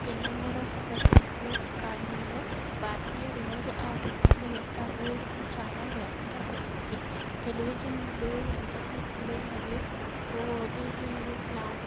ఇరవై మూడో శతాబ్దంలో కాలంలో భారతీయ వినోద పరిశ్రమ యొక్క అభివృద్ధి చాలా వేగంగా పెరిగింది టెలివిజన్లు ఇంటర్నెట్లు మరియు ఓ ఓటీటీలు ప్లాట్